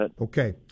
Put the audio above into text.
Okay